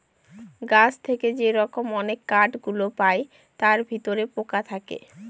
গাছ থেকে যে রকম অনেক কাঠ গুলো পায় তার ভিতরে পোকা থাকে